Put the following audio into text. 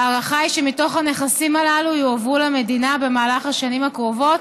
ההערכה היא שמתוך הנכסים הללו יועברו למדינה בשנים הקרובות